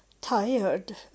tired